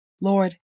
Lord